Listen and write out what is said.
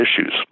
issues